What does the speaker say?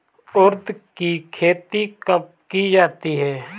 उड़द की खेती कब की जाती है?